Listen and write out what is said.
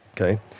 okay